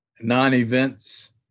non-events